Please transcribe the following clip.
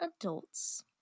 adults